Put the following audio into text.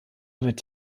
wird